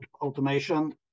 automation